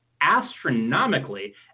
astronomically